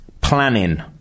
planning